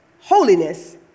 holiness